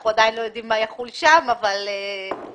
אנחנו עדיין לא יודעים מה יחול שם אבל על